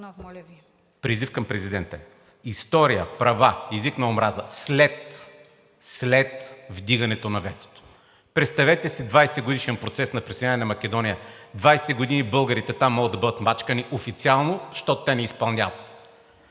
Призив към президента – история, права, език на омраза, след вдигането на ветото. Представете си 20-годишен процес на присъединяване на Македония, 20 години българите там могат да бъдат мачкани официално, защото те не изпълняват.